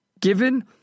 given